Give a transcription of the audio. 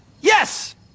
Yes